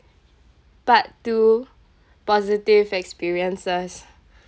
part two positive experiences